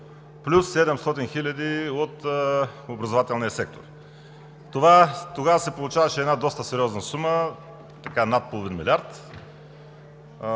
плюс 700 000 от образователния сектор. Тогава се получаваше доста сериозна сума – над половин милиард.